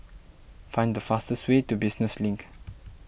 find the fastest way to Business Link